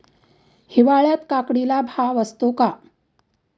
हिवाळ्यात काकडीला भाव असतो का?